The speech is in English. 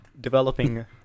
developing